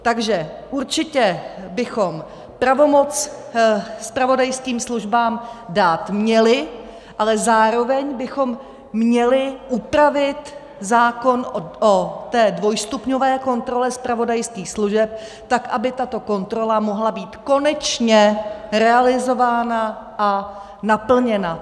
Takže určitě bychom pravomoc zpravodajským službám dát měli, ale zároveň bychom měli upravit zákon o té dvojstupňové kontrole zpravodajských služeb tak, aby tato kontrola mohla být konečně realizována a naplněna.